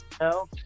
No